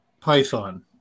Python